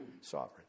sovereign